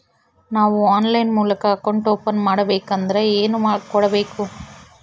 ನಾವು ಆನ್ಲೈನ್ ಮೂಲಕ account open ಮಾಡಬೇಂಕದ್ರ ಏನು ಕೊಡಬೇಕು?